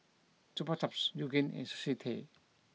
Chupa Chups Yoogane and Sushi Tei